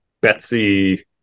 Betsy